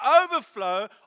overflow